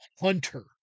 Hunter